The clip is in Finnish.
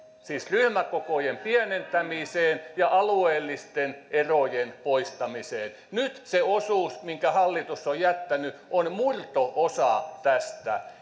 siis ryhmäkokojen pienentämiseen ja alueellisten erojen poistamiseen nyt se osuus minkä hallitus on jättänyt on murto osa tästä